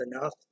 enough